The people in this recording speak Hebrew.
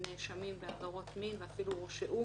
נאשמים בעבירות מין שהורשעו.